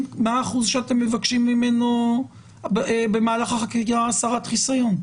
מה האחוז שאתם מבקשים ממנו במהלך החקירה הסרת חיסיון?